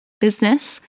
business